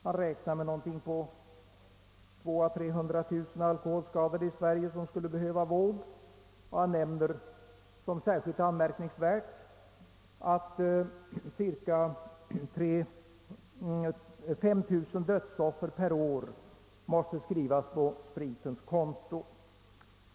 Han räknar med att cirka 300 000 alkoholskadade människor i Sverige skulle behöva vård. Han nämner som särskilt anmärkningsvärt, att cirka 5 000 döds offer per år måste skrivas på spritens konto.